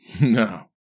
No